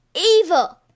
evil